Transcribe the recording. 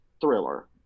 thriller